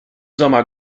sommer